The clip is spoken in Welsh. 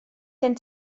gen